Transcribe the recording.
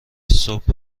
صبح